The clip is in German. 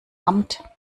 amt